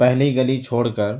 پہلی گلی چھوڑ کر